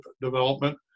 development